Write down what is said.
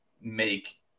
make